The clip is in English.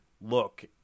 look